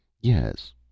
Yes